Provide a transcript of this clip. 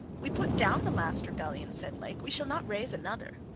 we put down the last rebellion, said lake, we shall not raise another.